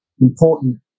important